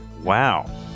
Wow